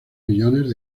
millones